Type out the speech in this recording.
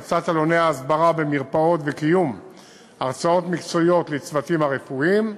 הפצת עלוני הסברה במרפאות וקיום הרצאות מקצועיות לצוותים הרפואיים.